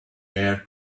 air